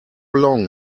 long